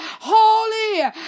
Holy